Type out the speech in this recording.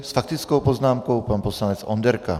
S faktickou poznámkou pan poslanec Onderka.